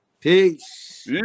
Peace